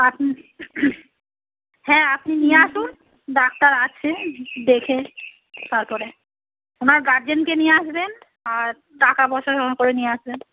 আপনি হ্যাঁ আপনি নিয়ে আসুন ডাক্তার আছে দেখে তারপরে ওনার গার্জেনকে নিয়ে আসবেন আর টাকা সঙ্গে করে নিয়ে আসবেন